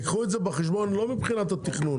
יקחו את זה בחשבון לא מבחינת התכנון,